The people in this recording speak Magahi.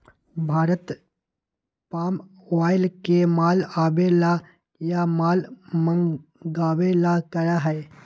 भारत पाम ऑयल के माल आवे ला या माल मंगावे ला करा हई